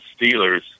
Steelers